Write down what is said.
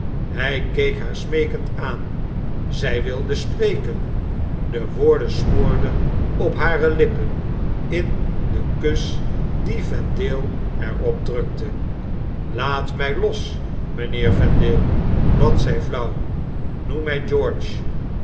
hy keek haar smeekend aan zy wilde spreken de woorden smoorden op hare lippen in den kus dien vendale er op drukte laat mij los mynheer vendale bad zy flauw noem my